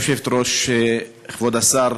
גברתי היושבת-ראש, כבוד השר,